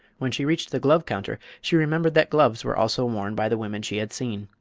when she reached the glove counter she remembered that gloves were also worn by the women she had seen.